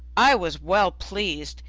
i was well pleased,